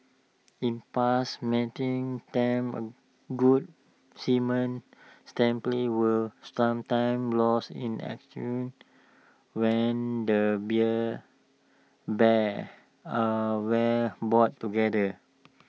in past mating attempts good semen were sometimes lost in when the beer bears are where brought together